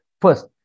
First